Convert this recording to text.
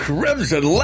Crimson